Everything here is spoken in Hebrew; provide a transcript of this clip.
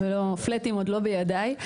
ה- -- עוד לא בידיי,